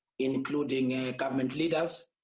including government leaders,